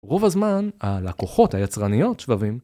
רוב הזמן הלקוחות היצרניות שבבים.